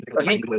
Okay